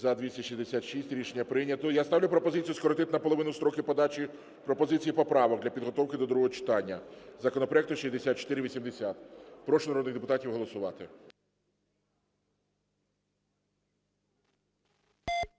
За-266 Рішення прийнято. Я ставлю пропозицію скоротити наполовину строки подачі пропозицій і поправок для підготовки до другого читання законопроекту 6480. Прошу народних депутатів голосувати.